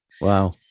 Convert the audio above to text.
Wow